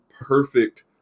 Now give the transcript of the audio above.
perfect